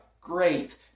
great